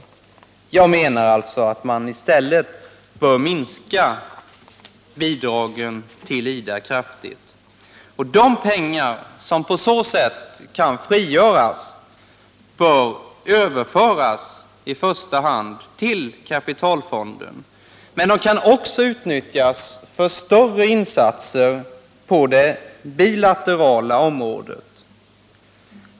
Jag menar att man i stället kraftigt bör minska bidragen till IDA. De pengar som på så sätt kan frigöras bör överföras till i första hand kapitalutvecklingsfonden. Men de kan också utnyttjas till större insatser på det bilaterala området.